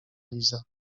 liza